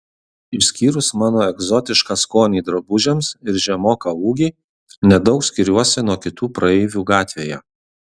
išskyrus mano egzotišką skonį drabužiams ir žemoką ūgį nedaug skiriuosi nuo kitų praeivių gatvėje